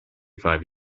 five